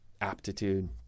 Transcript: aptitude